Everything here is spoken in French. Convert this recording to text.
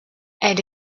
elle